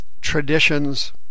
traditions